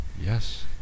Yes